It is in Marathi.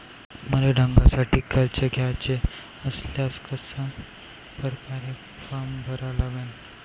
मले धंद्यासाठी कर्ज घ्याचे असल्यास कशा परकारे फारम भरा लागन?